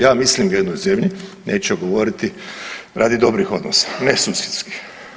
Ja mislim o jednoj zemlji neću govoriti radi dobrih odnosa, ne susjedskih.